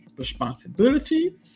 responsibility